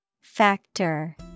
Factor